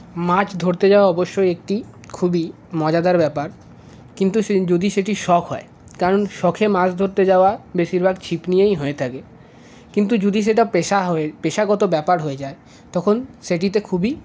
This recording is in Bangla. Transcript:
মাছ ধরতে যাওয়া অবশ্যই একটি খুবই মজাদার ব্যাপার কিন্তু যদি সেটি শখ হয় কারণ শখে মাছ ধরতে যাওয়া বেশিরভাগ ছিপ নিয়েই হয়ে থাকে কিন্তু যদি সেটা পেশা হয়ে পেশাগত ব্যাপার হয়ে যায় তখন সেটিতে খুবই